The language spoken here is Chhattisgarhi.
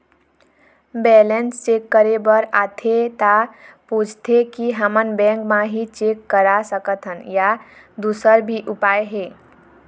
बैलेंस चेक करे बर आथे ता पूछथें की हमन बैंक मा ही चेक करा सकथन या दुसर भी उपाय हे?